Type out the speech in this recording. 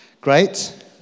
Great